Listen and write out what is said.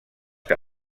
que